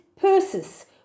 Persis